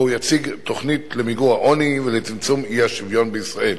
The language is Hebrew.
שבו הוא יציג תוכנית למיגור העוני ולצמצום האי-שוויון בישראל.